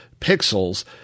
pixels